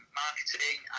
marketing